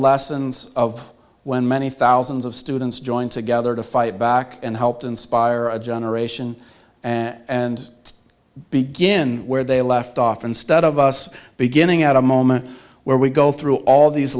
lessons of when many thousands of students joined together to fight back and helped inspire a generation and to begin where they left off instead of us beginning at a moment where we go through all these